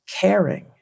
caring